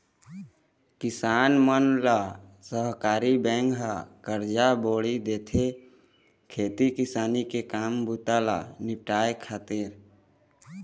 किसान मन ल सहकारी बेंक ह करजा बोड़ी देथे, खेती किसानी के काम बूता ल निपाटय खातिर